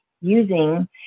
using